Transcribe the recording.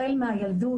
החל מהילדות,